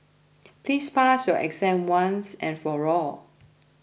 please pass your exam once and for all